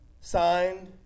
signed